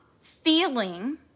feeling